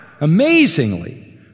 amazingly